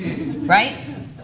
right